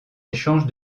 échange